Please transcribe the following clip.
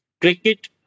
Cricket